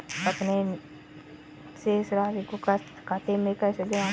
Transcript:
अपने शेष राशि को खाते में जमा कैसे करें?